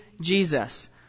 Jesus